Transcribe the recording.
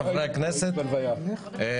חברי הכנסת שנייה,